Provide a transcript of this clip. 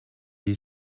est